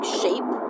shape